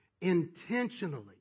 intentionally